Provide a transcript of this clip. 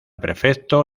perfecto